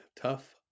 tough